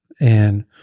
and-